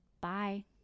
Bye